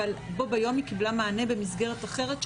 אבל בו ביום היא קיבלה מענה במסגרת אחרת שלנו,